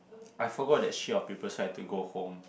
I forgot that sheet of paper so I had to go home